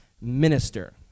minister